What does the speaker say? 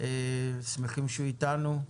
שאנחנו שמחים שהוא איתנו,